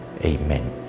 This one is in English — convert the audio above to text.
Amen